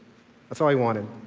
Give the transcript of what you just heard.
that's all he wanted.